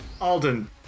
Alden